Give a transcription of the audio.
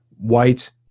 white